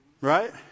Right